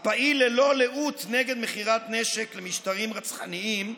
הפעיל ללא לאות נגד מכירת נשק למשטרים רצחניים,